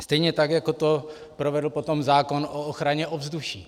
Stejně tak jako to provedl potom zákon o ochraně ovzduší.